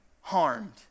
harmed